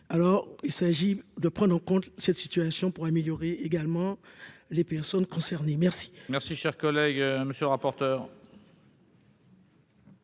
alors il s'agit de prendre en compte cette situation pour améliorer également les personnes concernées merci. Merci, cher collègue, monsieur le rapporteur.